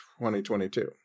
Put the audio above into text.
2022